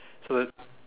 so it's